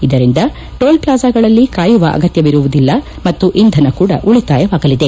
ಇದರಿಂದ ಟೋಲ್ ಫ್ಲಾಜ್ಯಾಗಳಲ್ಲಿ ಕಾಯುವ ಅಗತ್ಯವಿರುವುದಿಲ್ಲ ಮತ್ತು ಇಂಧನ ಕೂಡ ಉಳಿತಾಯವಾಗಲಿದೆ